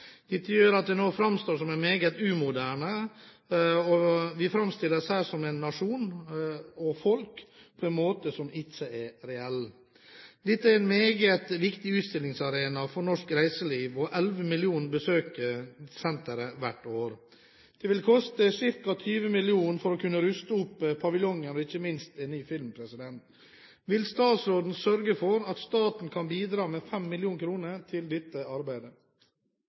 Dette gjør at den nå fremstår som meget umoderne, og vi fremstilles som nasjon og folk på en måte som ikke er reell. Dette er en meget viktig utstillingsarena for norsk reiseliv, og elleve millioner besøker senteret hvert år. Det vil koste ca. 20 mill. kr å ruste opp paviljongen. Vil statsråden sørge for at staten kan bidra med 5 mill. kr til dette arbeidet?»